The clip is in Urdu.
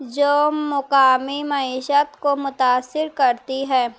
جو مقامی معیشت کو متاثر کرتی ہے